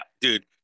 dude